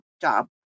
job